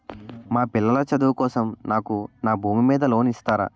మా పిల్లల చదువు కోసం నాకు నా భూమి మీద లోన్ ఇస్తారా?